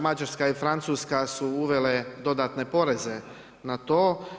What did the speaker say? Mađarska i Francuska su uvele dodatne poreze na to.